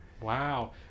wow